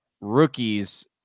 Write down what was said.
rookies